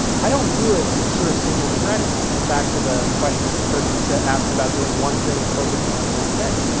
i don't do it sort of single threaded, this comes back to the question that the person so asked about doing one thing and focusing on one thing,